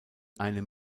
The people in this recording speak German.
einem